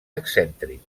excèntric